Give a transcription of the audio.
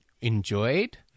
enjoyed